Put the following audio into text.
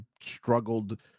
struggled